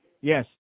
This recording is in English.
Yes